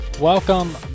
welcome